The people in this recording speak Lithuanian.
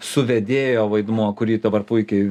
suvedėjo vaidmuo kurį dabar puikiai